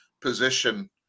position